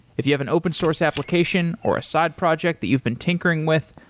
if you have an open source application, or a side project that you've been tinkering with,